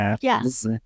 Yes